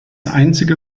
einzige